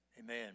Amen